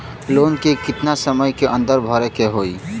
Loan के कितना समय के अंदर भरे के होई?